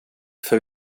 för